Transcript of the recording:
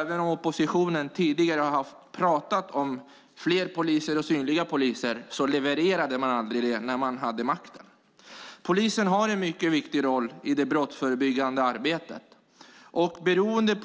Även om oppositionen tidigare har pratat om fler poliser och synliga poliser levererade man aldrig det när man hade makten. Polisen har en mycket viktig roll i det brottsförebyggandet arbetet.